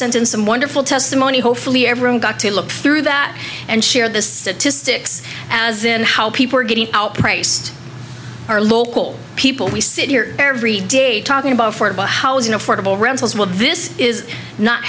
cents in some wonderful testimony hopefully everyone got to look through that and share the statistics as in how people are getting out priced our local people we sit here every day talking about affordable housing affordable rentals what this is not